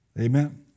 Amen